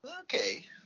Okay